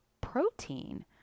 protein